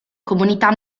comunità